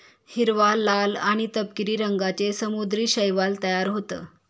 हिरवा, लाल आणि तपकिरी रंगांचे समुद्री शैवाल तयार होतं